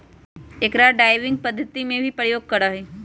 अकरा ड्राइविंग पद्धति में भी प्रयोग करा हई